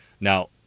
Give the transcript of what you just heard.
Now